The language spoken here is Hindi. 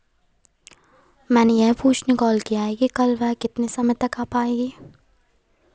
मैंने यह पूछने के लिए कॉल किया है के वह कल कितने समय तक आ पायेगी